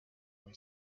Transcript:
boy